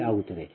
3 ಆಗುತ್ತದೆ